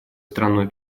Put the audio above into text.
страной